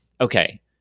okay